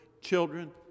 children